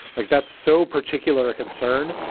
like that's so particular concern.